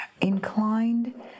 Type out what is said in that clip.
inclined